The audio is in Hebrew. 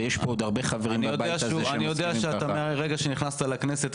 ויש פה עוד הרבה חברים בבית הזה --- אני יודע שמרגע שנכנסת לכנסת,